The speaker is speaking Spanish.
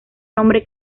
nombre